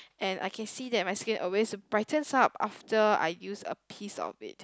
and I can see that my skin always brightens up after I use a piece of it